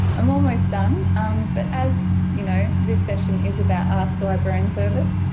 i'm almost done but as you know this session is about ask-a-librarian service.